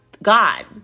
God